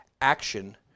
action